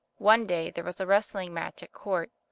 one day there was a wrestling matc' at court,